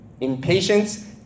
Impatience